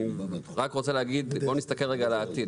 אני רק רוצה להגיד, בוא נסתכל רגע על העתיד.